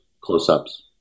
close-ups